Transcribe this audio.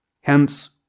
Hence